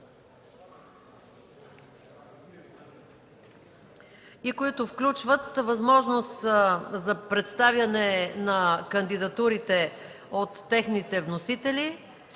и включват възможност за представяне на кандидатурите от техните вносители,